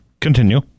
continue